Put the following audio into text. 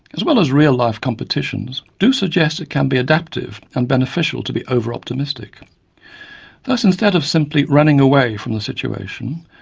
as well as real life competitions, do suggest it can be adaptive and beneficial to be overoptimistic this instead of simply running away from the situation,